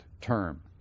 term